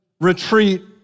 retreat